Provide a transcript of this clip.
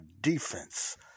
defense